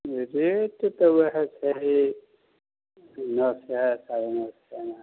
rate तऽ वएह छै नओ सओ साढ़े नओ सओ